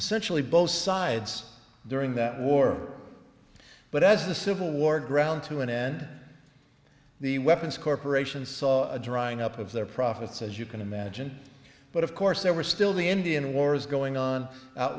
centrally both sides during that war but as the civil war ground to an end the weapons corporation saw a drying up of their profits as you can imagine but of course there were still the indian wars going on out